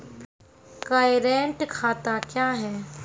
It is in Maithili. करेंट खाता क्या हैं?